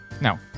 No